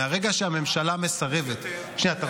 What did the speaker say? מהרגע שהממשלה מסרבת --- מה